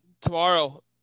tomorrow